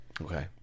okay